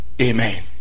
Amen